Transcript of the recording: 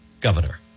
governor